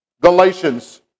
Galatians